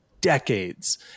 decades